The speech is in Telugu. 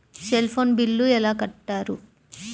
సెల్ ఫోన్ బిల్లు ఎలా కట్టారు?